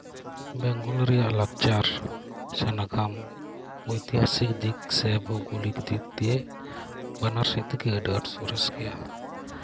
ᱵᱮᱝᱜᱚᱞ ᱨᱮᱭᱟᱜ ᱞᱟᱠᱪᱟᱨ ᱥᱮ ᱱᱟᱜᱟᱢ ᱳᱭᱛᱤᱦᱟᱥᱤᱠ ᱫᱤᱠ ᱥᱮ ᱵᱷᱳᱜᱳᱞᱤᱠ ᱫᱤᱠ ᱫᱤᱭᱮ ᱵᱟᱱᱟᱨ ᱥᱮᱫ ᱛᱮᱜᱮ ᱟᱹᱰᱤ ᱟᱸᱴ ᱥᱚᱨᱮᱥ ᱜᱮᱭᱟ